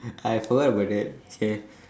I forget about that okay